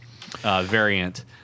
variant –